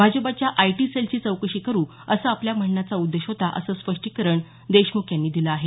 भाजपच्या आयटी सेलची चौकशी करु असं आपल्या म्हणण्याचा उद्देश होता असं स्पष्टीकरण देशमुख यांनी दिलं आहे